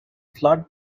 flood